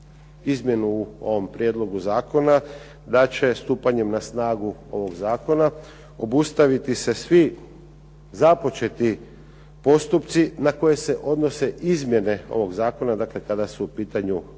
izmjenu u ovom prijedlogu zakona da će stupanjem na snagu ovog zakona obustaviti se svi započeti postupci na koje se odnose izmjene ovog zakona, dakle kada su u pitanju bolest